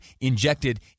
injected